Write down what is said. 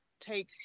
take